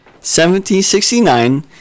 1769